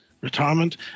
retirement